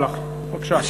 בבקשה.